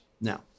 Now